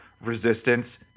resistance